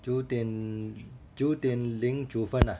九点九点零九分啊